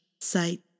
sight